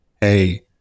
hey